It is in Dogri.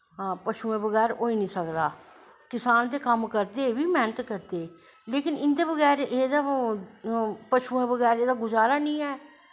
हां पशुएं बगैर होई नी सकदा किसान ते कम्म करदे एह् बी मैह्नत करदे लेकिन इंदे बगैर एह्दा पशुएं बगैर एह्दा गुजारा नी ऐ